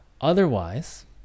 Otherwise